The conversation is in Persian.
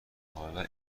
حالا